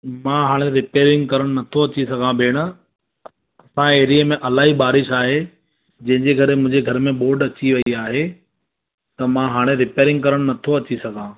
मां हाणे रिपेअरिंग करणु नथो अची सघां भेणु असाजे एरिया में इलाही बारिश आहे जंहिंजे करे मुंहिंजे घर में बोड अची वई आहे त मां हाणे रिपेअरिंग करणु नथो अची सघां